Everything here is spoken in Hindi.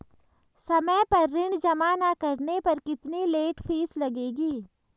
समय पर ऋण जमा न करने पर कितनी लेट फीस लगेगी?